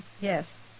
Yes